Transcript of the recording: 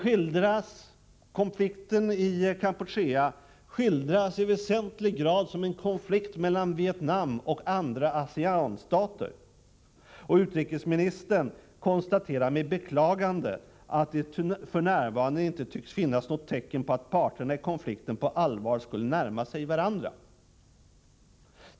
Konflikten i Kampuchea skildras i väsentlig grad som en konflikt mellan Vietnam och andra ASEAN-stater. Utrikesministern konstaterar med beklagande ”att det f.n. inte tycks finnas några tecken på att parterna i konflikten på allvar skulle närma sig varandra”.